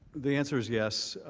the answer is yes